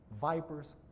vipers